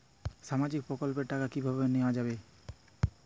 সামাজিক প্রকল্পের টাকা কিভাবে নেওয়া যাবে?